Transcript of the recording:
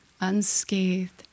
unscathed